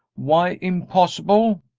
why impossible?